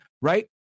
right